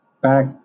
back